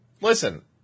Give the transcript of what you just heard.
Listen